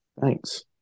Thanks